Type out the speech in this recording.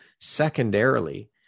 Secondarily